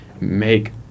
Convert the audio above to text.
make